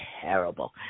terrible